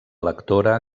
lectora